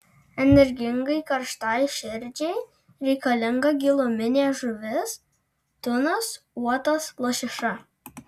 energingai karštai širdžiai reikalinga giluminė žuvis tunas uotas lašiša